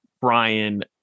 Brian